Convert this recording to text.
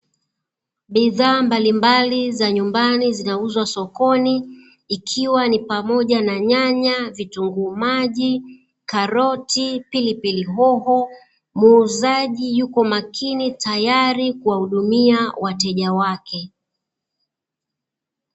Bidhaa mbalimbali za nyumbani zinauzwa sokoni, ikiwa ni pamoja na nyanya, vitunguu maji, karoti, pilipili hoho. Muuzaji yuko makini, tayari kuwahudumia wateja wake.